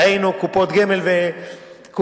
דהיינו קופת גמל וביטוח,